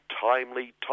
timely